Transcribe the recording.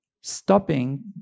stopping